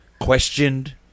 questioned